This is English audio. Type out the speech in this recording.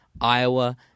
Iowa